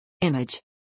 Image